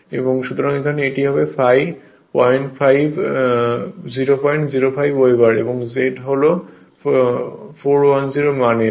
সুতরাং এটি হবে ∅ 005 ওয়েবার এবং Z হল 410 মান এর